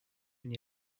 and